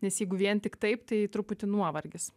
nes jeigu vien tik taip tai truputį nuovargis